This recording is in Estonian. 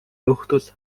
juhtus